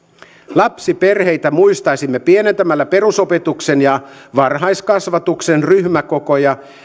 lapsiperheitä muistaisimme pienentämällä perusopetuksen ja varhaiskasvatuksen ryhmäkokoja